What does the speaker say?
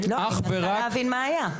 אך ורק --- אני מנסה להבין מה היה.